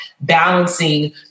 balancing